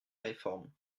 réforme